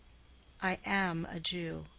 i am a jew.